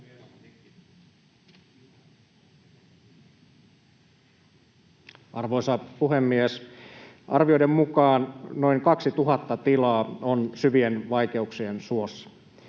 Arvoisa puhemies! Arvioiden mukaan noin 2 000 tilaa on syvien vaikeuksien suossa.